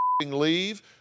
leave